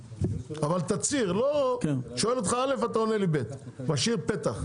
אבל תצהיר לא שואל אותך א' אתה עונה לי ב' משאיר פתח,